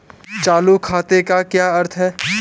चालू खाते का क्या अर्थ है?